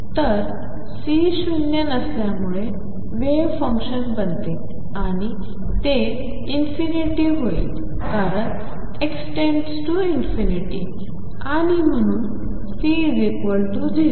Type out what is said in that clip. तर C शून्य नसल्यामुळे वेव्ह फंक्शन बनते आणि ते ∞होईल कारण x→∞ आणि म्हणून C 0